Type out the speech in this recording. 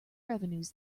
revenues